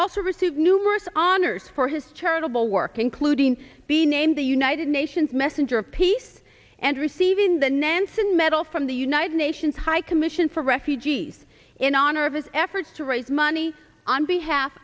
also received numerous honors for his charitable work including being named the united nations messenger of peace and receiving the nansen medal from the united nations high commission for refugees in honor of his efforts to raise money on behalf